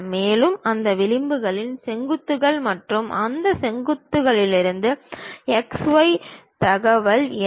மேலும் அந்த விளிம்புகளில் செங்குத்துகள் மற்றும் அந்த செங்குத்துகளில் x y தகவல் என்ன